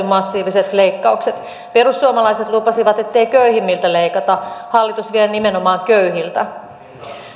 massiiviset leikkaukset perussuomalaiset lupasivat ettei köyhimmiltä leikata hallitus vie nimenomaan köyhiltä